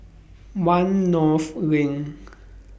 one North LINK